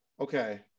Okay